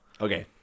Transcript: Okay